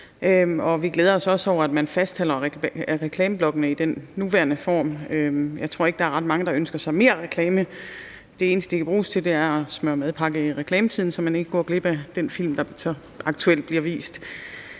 vi glæder os også over, at man fastholder reklameblokkene i deres nuværende form. Jeg tror ikke, der er ret mange, der ønsker flere reklamer. Det eneste, reklametiden kan bruges til, er at smøre madpakker, så man ikke går glip af noget i den film, der aktuelt bliver vist.